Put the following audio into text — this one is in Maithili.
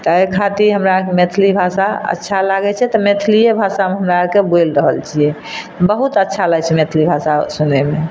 तऽ एहि खातिर हमरा मैथिली भाषा अच्छा लागैत छै तऽ मैथिलिए भाषामे हमरा आरके बोलि रहल छियै बहुत अच्छा लागैत छै मैथिली भाषा सुनैमे